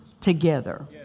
together